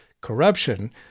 corruption